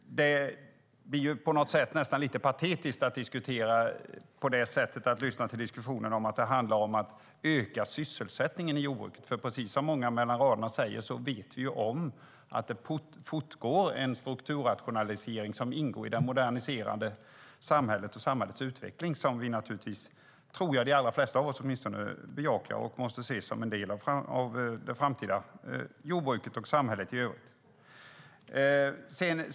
Det blir på något sätt litet patetiskt att lyssna till diskussionen om att det handlar om att öka sysselsättningen i jordbruket. Precis som många säger mellan raderna vet vi om att det fortgår en strukturrationalisering som ingår i det moderniserade samhället och dess utveckling. Jag tror att åtminstone de allra flesta av oss bejakar det och ser det som en del av det framtida jordbruket och samhället i övrigt.